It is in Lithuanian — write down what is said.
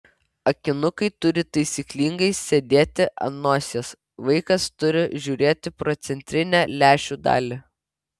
akinukai turi taisyklingai sėdėti ant nosies vaikas turi žiūrėti pro centrinę lęšių dalį